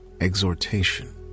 exhortation